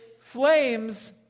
flames